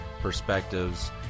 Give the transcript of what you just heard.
perspectives